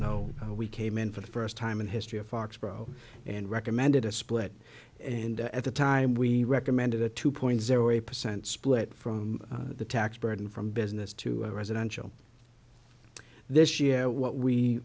know we came in for the first time in history of foxborough and recommended a split and at the time we recommended a two point zero eight percent split from the tax burden from business to residential this year what we